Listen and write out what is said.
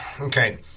Okay